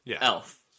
elf